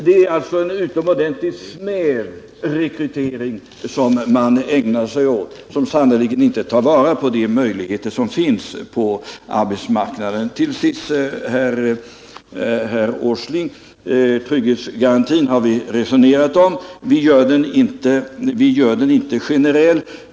Det är alltså en utomordentligt snäv rekrytering som man ägnar sig åt och som sannerligen inte tar vara på de möjligheter som finns på arbetsmarknaden. Till sist, herr Åsling. Trygghetsgarantin har vi resonerat om. Vi gör den inte generell.